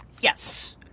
Yes